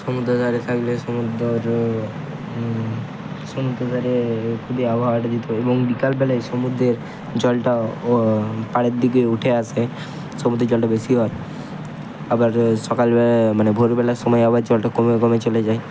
সমুদ্রের ধারে থাকলে সমুদ্রর সমুদ্র ধারে খুবই আবহাওয়াটা দিতো এবং বিকাল বেলায় সমুদ্রের জলটা ও পাড়ের দিকে উঠে আসে সমুদ্রের জলটা বেশি হয় আবার সকাল মানে ভোরবেলার সময় আবার জলটা কমে কমে চলে যায়